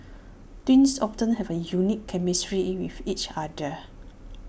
twins often have A unique chemistry with each other